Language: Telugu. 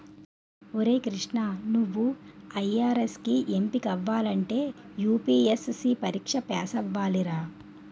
ఒరే కృష్ణా నువ్వు ఐ.ఆర్.ఎస్ కి ఎంపికవ్వాలంటే యూ.పి.ఎస్.సి పరీక్ష పేసవ్వాలిరా